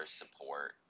support